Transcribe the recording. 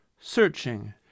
searching